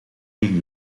tegen